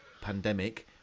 pandemic